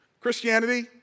Christianity